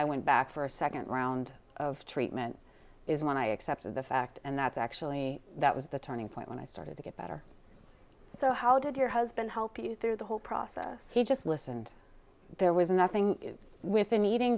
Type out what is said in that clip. i went back for a second round of treatment is when i accepted the fact and that's actually that was the turning point when i started to get better so how did your husband help you through the whole process he just listened there was nothing with an eating